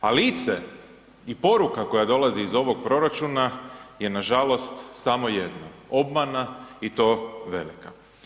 A lice i poruka koja dolazi iz ovog proračuna je nažalost samo jedno, obmana i to velika.